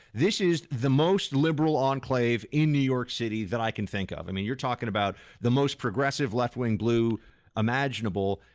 this is the most liberal enclave in new york city that i can think of. i mean you're talking about the most progressive left-wing blue imaginable,